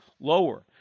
lower